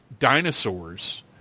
dinosaurs